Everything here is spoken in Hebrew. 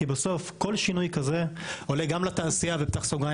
כי בסוף כל שינוי כזה עולה גם לתעשייה (אני